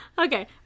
Okay